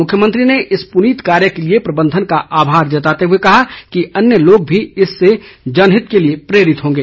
मुख्यमंत्री ने इस पुनीत कार्य के लिए प्रबंधन का आभार जताते हुए कहा कि अन्य लोग भी इससे जनहित के लिए प्रेरित होंगे